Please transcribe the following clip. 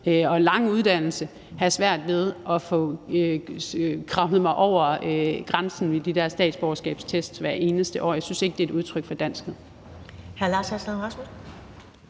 kan jeg selv have svært ved at få krabbet mig over grænsen i de der statsborgerskabstest hvert eneste år. Jeg synes ikke, det er et udtryk for danskhed.